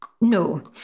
No